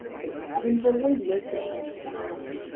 the cabin boy looked at him shyly,